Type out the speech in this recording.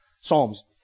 psalms